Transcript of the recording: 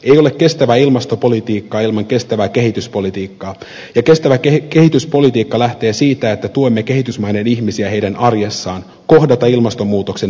ei ole kestävää ilmastopolitiikkaa ilman kestävää kehityspolitiikkaa ja kestävä kehityspolitiikka lähtee siitä että tuemme kehitysmaiden ihmisiä heidän arjessaan heidän kohdatessaan ilmastonmuutoksen vaikutukset